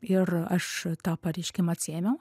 ir aš tą pareiškimą atsiėmiau